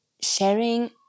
sharing